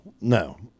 No